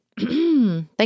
Thank